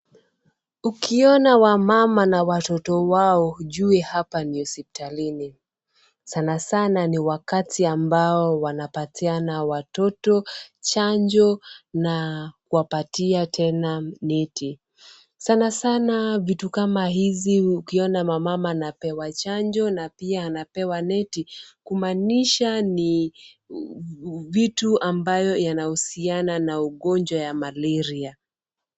Ukiona wamama na watoto wao ujue hapa ni hospitalini sana sana ni wakati ambao wanapatiana watoto chanjo na kuwapatia tena neti. Sana sana, vitu kama hizi ukiona wamama wanapewa chanjo na pia wamepewa neti kumanisha ni vitu ambayo yanahusiana na ugonjwa ya malaria.